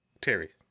Terry